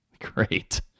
Great